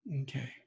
Okay